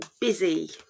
busy